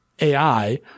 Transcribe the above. ai